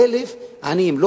עמים, אלא